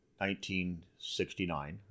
1969